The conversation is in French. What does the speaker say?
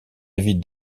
david